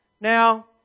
Now